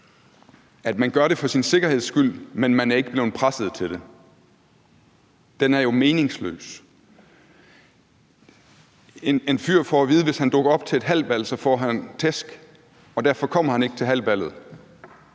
at man gør det for sin sikkerheds skyld, men at man ikke er blevet presset til det, er jo meningsløst. En fyr får at vide, at hvis han dukker op til et halbal, får han tæsk, og derfor kommer han ikke til halballet,